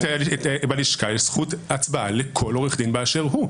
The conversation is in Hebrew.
אבל בלשכה יש זכות הצבעה לכל עורך דין באשר הוא.